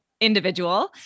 individual